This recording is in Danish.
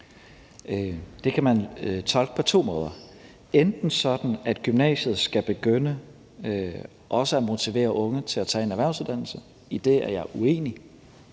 Det kan man tolke på to måder: enten sådan, at gymnasiet også skal begynde at motivere unge til at tage en erhvervsuddannelse – det er jeg uenig